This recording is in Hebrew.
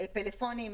פלאפונים,